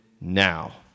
now